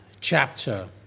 chapter